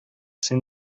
син